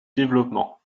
développement